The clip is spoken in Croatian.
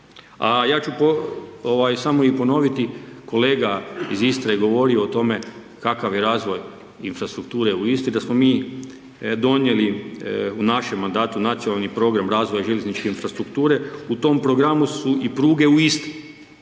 ja ću samo ponoviti, kolega iz Istre je govorio o tome kakav je razvoj infrastrukture u Istri da smo mi donijeli u našem mandatu Nacionalni program razvoja željezničke infrastrukture. U tom programu su i pruge u Istri.